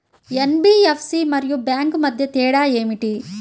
NBFC మరియు bank మధ్య తేడా ఏమిటీ?